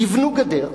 יבנו גדר,